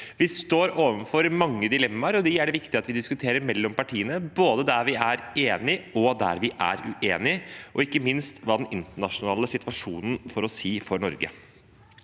Vi står overfor mange dilemmaer, og dem er det viktig at vi diskuterer mellom partiene, både der vi er enige, og der vi er uenige, og ikke minst hva den internasjonale situasjonen får å si for Norge.